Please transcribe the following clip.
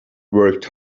worked